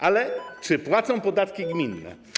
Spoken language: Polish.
Ale czy płacą podatki gminne?